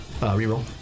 reroll